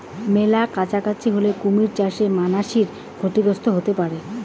মেলা কাছাকাছি হলে কুমির চাষে মানাসি ক্ষতিগ্রস্ত হতে পারে